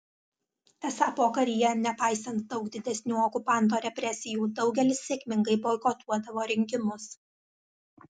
esą pokaryje nepaisant daug didesnių okupanto represijų daugelis sėkmingai boikotuodavo rinkimus